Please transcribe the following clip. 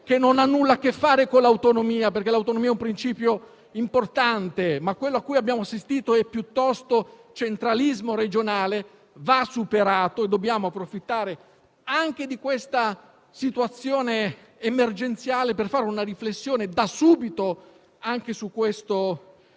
roba non ha nulla a che fare con l'autonomia, che è un principio importante; quello a cui abbiamo assistito è piuttosto centralismo regionale che va superato e dobbiamo approfittare anche di questa situazione emergenziale per fare da subito una riflessione anche su tale terreno.